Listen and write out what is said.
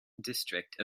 district